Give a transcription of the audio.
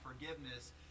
forgiveness